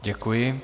Děkuji.